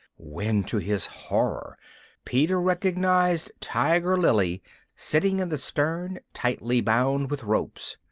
when to his horror peter recognised tiger lily sitting in the stern, tightly bound with ropes.